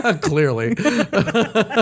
Clearly